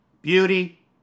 Beauty